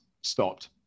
stopped